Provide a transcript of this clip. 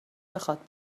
بخواد